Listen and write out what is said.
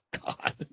God